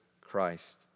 Christ